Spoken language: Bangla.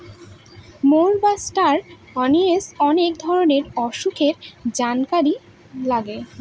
মৌরি বা ষ্টার অনিশে অনেক ধরনের অসুখের জানকারি লাগে